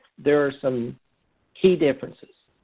there are some key differences.